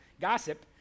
gossip